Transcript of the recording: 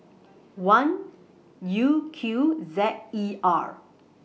one U Q Z E R